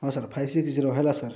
ହଁ sir five six zero ହେଲା sir